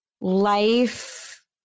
life